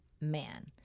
man